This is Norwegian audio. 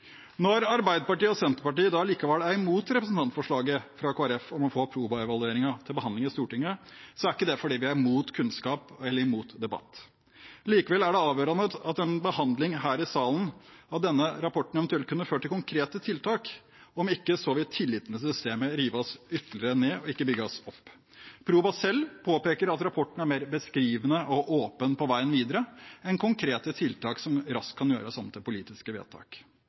Når Arbeiderpartiet og Senterpartiet likevel er imot representantforslaget fra Kristelig Folkeparti om å få Proba-evalueringen til behandling i Stortinget, er ikke det fordi vi er imot kunnskap eller imot debatt. Likevel er det avgjørende at en behandling her i salen av denne rapporten eventuelt kunne ført til konkrete tiltak. Om ikke vil tilliten til systemet rive oss ytterligere ned og ikke bygges opp. Proba selv påpeker at rapporten er mer beskrivende og åpen på veien videre enn konkrete tiltak som raskt kan gjøres om til politiske vedtak.